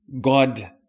God